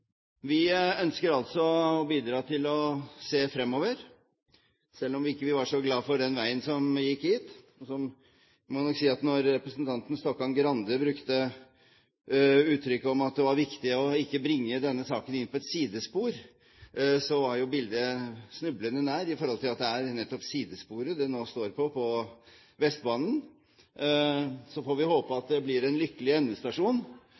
Vi ønsker altså å bidra til å se fremover, selv om vi ikke var så glad for den veien som gikk hit. Så må jeg nok si at da representanten Stokkan-Grande brukte uttrykket at det var viktig ikke å bringe denne saken inn på et sidespor, var jo bildet snublende nært, i forhold til at det er nettopp sidesporet det nå står på på Vestbanen. Så får vi håpe at det blir en lykkelig endestasjon.